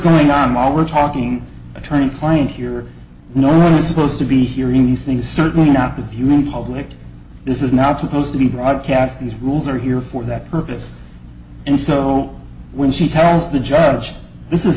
going on while we're talking attorney client here norman supposed to be hearing these things certainly not the viewing public this is not supposed to be broadcast these rules are here for that purpose and so when she tells the judge this is